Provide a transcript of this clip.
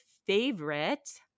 favorite